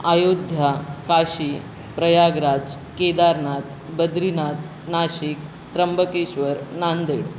Ayodhya Kashi Prayagraj Kedarnath Badrinath Nashik Trimbakeshwar Nanded